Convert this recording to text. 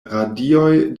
radioj